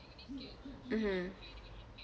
mmhmm